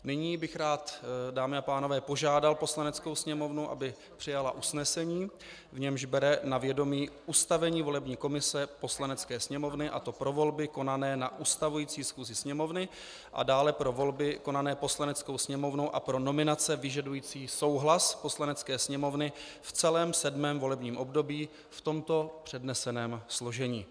Nyní bych rád, dámy a pánové, požádal Poslaneckou sněmovnu, aby přijala usnesení, v němž bere na vědomí ustavení volební komise Poslanecké sněmovny, a to pro volby konané na ustavující schůzi Sněmovny a dále pro volby konané Poslaneckou sněmovnou a pro nominace vyžadující souhlas Poslanecké sněmovny v celém 7. volebním období, v tomto předneseném složení.